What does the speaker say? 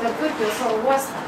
per turkijos oro uostą